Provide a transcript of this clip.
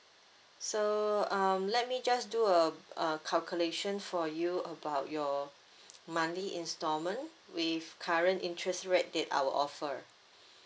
so um let me just do a uh calculation for you about your monthly instalment with current interest rate that I will offer